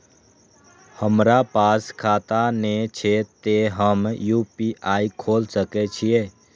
हमरा पास खाता ने छे ते हम यू.पी.आई खोल सके छिए?